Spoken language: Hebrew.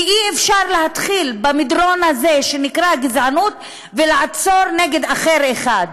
כי אי-אפשר להתחיל במדרון הזה שנקרא כגזענות ולעצור נגד "אחר" אחד.